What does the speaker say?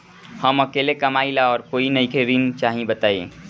हम अकेले कमाई ला और कोई नइखे ऋण चाही बताई?